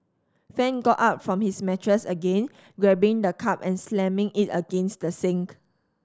fan got up from his mattress again grabbing the cup and slamming it against the sink